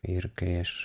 ir kai aš